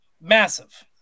massive